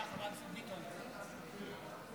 מה,